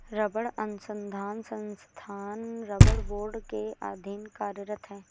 रबड़ अनुसंधान संस्थान रबड़ बोर्ड के अधीन कार्यरत है